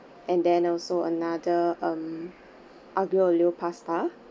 and then also another um aglio-olio pasta